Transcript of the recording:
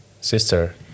sister